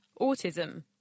autism